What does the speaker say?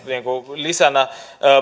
lisänä